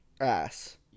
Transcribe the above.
Ass